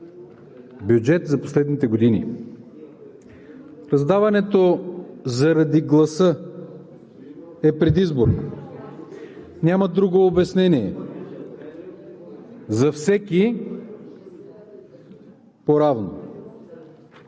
бюджет за последните години. Създаването заради гласа е предизборно – няма друго обяснение. За всеки – поравно.